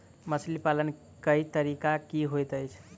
मछली पालन केँ तरीका की होइत अछि?